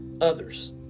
others